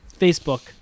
Facebook